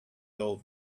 old